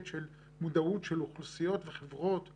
של מודעות של אוכלוסיות וחברות להתלונן,